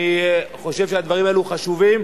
ואני חושב שהדברים האלו חשובים.